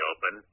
Open